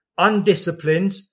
undisciplined